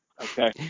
Okay